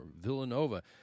Villanova